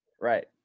right